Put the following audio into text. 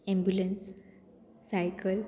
ambulance cycle